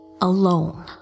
alone